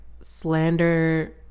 slander